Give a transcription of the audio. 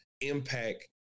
impact